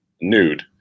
nude